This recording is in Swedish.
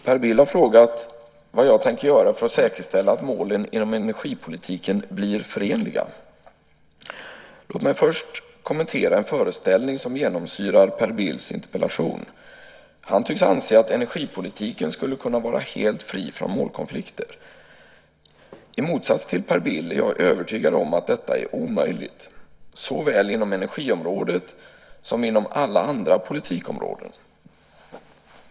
Herr talman! Per Bill har frågat vad jag tänker göra för att säkerställa att målen inom energipolitiken blir förenliga. Låt mig först kommentera en föreställning som genomsyrar Per Bills interpellation. Han tycks anse att energipolitiken skulle kunna vara helt fri från målkonflikter. I motsats till Per Bill är jag övertygad om att detta är omöjligt, såväl inom energiområdet som inom alla andra politikområden.